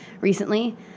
recently